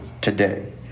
today